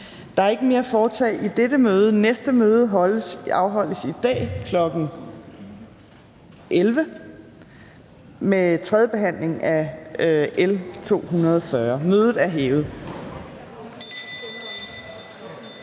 Der er ikke mere at foretage i dette møde. Næste møde afholdes i dag kl. 11.00 med tredje behandling af L 240. Mødet er hævet.